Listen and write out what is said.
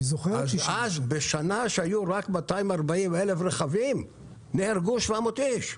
אז בשנה שהיו רק 240,000 רכבים, נהרגו 700 איש.